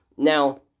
Now